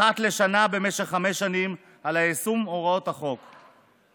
אחת לשנה במשך חמש שנים, על יישום הוראות החוק.